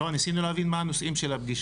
ניסינו להבין מהם הנושאים של הפגישה.